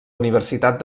universitat